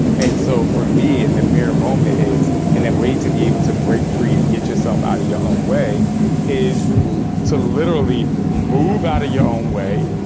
and so for me, in the mirror moment is and a way to be able to break free and get yourself out of your own way is to literally move out your own way,